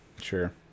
Sure